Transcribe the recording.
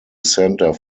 center